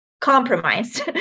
compromised